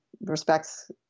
respects